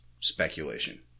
speculation